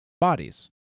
bodies